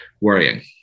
worrying